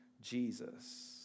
Jesus